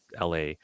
LA